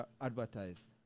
advertise